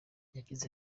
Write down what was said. yagize